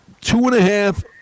two-and-a-half